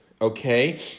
okay